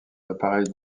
appareils